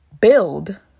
build